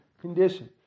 condition